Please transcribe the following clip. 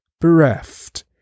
bereft